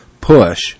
push